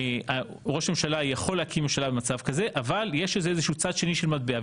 שראש ממשלה יכול להקים ממשלה במצב כזה אבל יש איזשהו צד של מטבע.